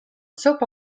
soap